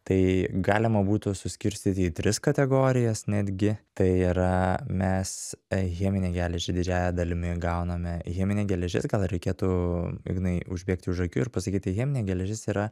tai galima būtų suskirstyti į tris kategorijas netgi tai yra mes cheminę geležį didžiąja dalimi gauname cheminė geležis gal reikėtų ignai užbėgti už akių ir pasakyti cheminė geležis yra